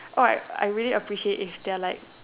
what I really appreciate it if there are like